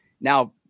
Now